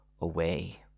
away